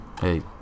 hey